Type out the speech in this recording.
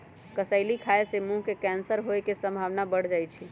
कसेली खाय से मुंह के कैंसर होय के संभावना बढ़ जाइ छइ